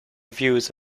views